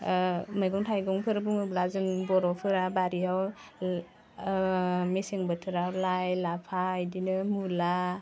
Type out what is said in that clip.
मैगं थाइगंफोर बुङोब्ला जों बर'फोरा बारियाव मेसें बोथोराव लाइ लाफा बिदिनो मुला